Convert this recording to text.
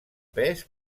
pes